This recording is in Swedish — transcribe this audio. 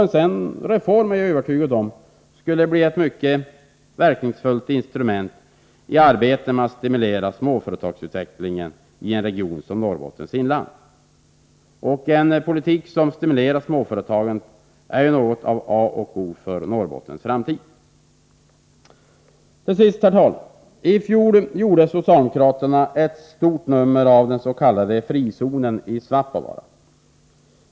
En sådan reform skulle bli ett kraftfullt instrument i arbetet med att stimulera småföretagsutvecklingen i en region som Norrbottens inland. En politik som stimulerar småföretagandet är något av A och O för Norrbottens framtid. Herr talman! I fjol gjorde socialdemokraterna ett stort nummer av den s.k. frizonen i Svappavaara.